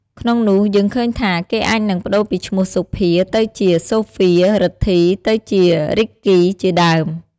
ក្នុងនោះយើងឃើញថា គេអាចនឹងប្តូរពីឈ្មោះ សុភា ទៅជា សូហ្វៀរ រិទ្ធី ទៅជា រីកគី ជាដើម។